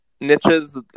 niches